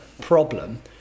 problem